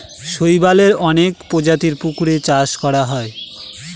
শৈবালের অনেক প্রজাতির পুকুরে চাষ করা হয়